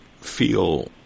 feel